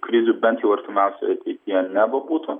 krizių bent jau artimiausioje ateityje nebebūtų